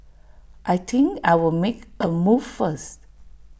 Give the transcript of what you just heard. I think I'll make A move first